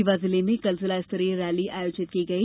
रीवा जिले में कल जिला स्तरीय रैली आयोजित की गई